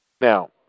Now